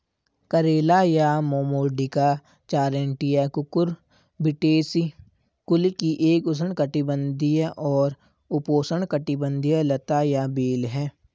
करेला या Momordica charantia Cucurbitaceae कुल की एक उष्णकटिबंधीय और उपोष्णकटिबंधीय लता या बेल है